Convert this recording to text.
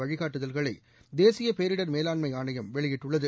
வழிகாட்டுதல்களை தேசிய பேரிடர் மேலாண்மை ஆணையம் வெளியிட்டுள்ளது